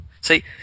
See